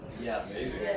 Yes